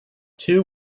two